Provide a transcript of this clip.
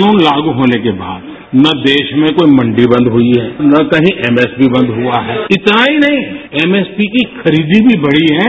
कानून लागू होने के बाद ना देश में कोई मंडी बंद हुई है ना कहीं एमएसपी बंद हुआ है इतना ही नहीं एमएसपी की खरीदी भी बढ़ी है